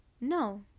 no